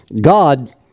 God